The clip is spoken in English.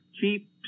keep